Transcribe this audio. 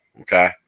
okay